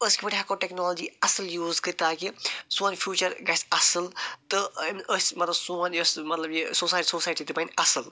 أسۍ کِتھ پٲٹھۍ ہٮ۪کو ٹٮ۪کنالجی اَصٕل یوٗز کٔرِتھ تاکہِ سون فیوٗچَر گژھِ اصٕل تہٕ أسۍ مطلب سون یۄس مطلب یہِ سوسایٹی تہِ بَنہِ اصٕل